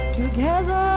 together